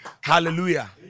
Hallelujah